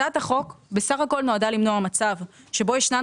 הצעת החוק בסך הכול נועדה למנוע מצב שבו ישנן